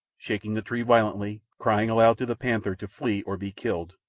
shaking the tree violently, crying aloud to the panther to flee or be killed,